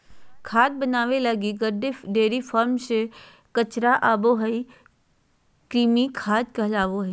खाद बनाबे लगी गड्डे, डेयरी फार्म से जे कचरा आबो हइ, कृमि खाद कहलाबो हइ